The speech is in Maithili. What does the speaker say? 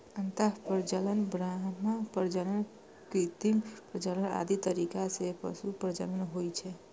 अंतः प्रजनन, बाह्य प्रजनन, कृत्रिम प्रजनन आदि तरीका सं पशु प्रजनन होइ छै